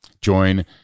Join